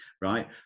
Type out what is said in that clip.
right